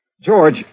George